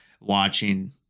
watching